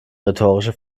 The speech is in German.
rhetorische